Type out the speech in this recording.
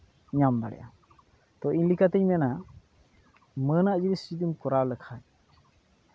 ᱧᱟᱢ ᱫᱟᱲᱮᱭᱟᱜᱼᱟ ᱛᱚ ᱤᱧ ᱞᱮᱠᱟᱛᱮᱧ ᱢᱮᱱᱟ ᱢᱟᱹᱱᱟᱜ ᱡᱤᱱᱤᱥ ᱡᱩᱫᱤᱢ ᱠᱚᱨᱟᱣ ᱞᱮᱠᱷᱟᱡ